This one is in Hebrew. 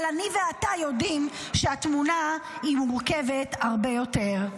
אבל אני ואתה יודעים שהתמונה היא מורכבת הרבה יותר.